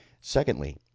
Secondly